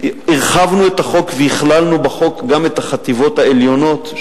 הרחבנו את החוק והכללנו בו גם את החטיבות העליונות,